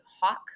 hawk